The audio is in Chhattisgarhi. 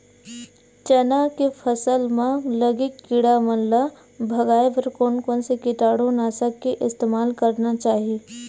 चना के फसल म लगे किड़ा मन ला भगाये बर कोन कोन से कीटानु नाशक के इस्तेमाल करना चाहि?